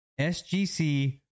SGC